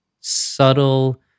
subtle